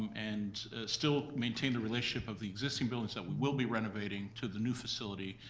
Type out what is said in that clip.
and still maintain the relationship of the existing buildings that we will be renovating to the new facility,